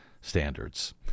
standards